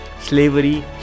slavery